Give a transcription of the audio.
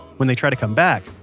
when they try to come back,